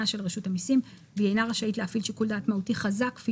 של רשות המיסים והיא אינה רשאית להפעיל שיקול דעת מהותי חזק כפי